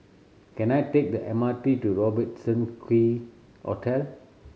can I take the M R T to Robertson Quay Hotel